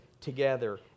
together